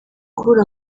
kubura